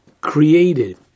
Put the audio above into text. created